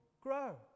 grow